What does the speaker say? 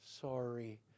Sorry